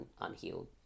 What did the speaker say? unhealed